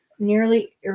nearly